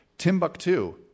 Timbuktu